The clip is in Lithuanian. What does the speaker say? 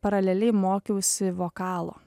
paraleliai mokiausi vokalo